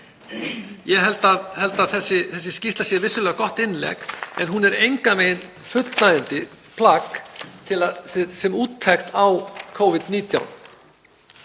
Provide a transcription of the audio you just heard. Ég held að skýrslan sé vissulega gott innlegg en hún er engan veginn fullnægjandi plagg sem úttekt á Covid-19